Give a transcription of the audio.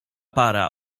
para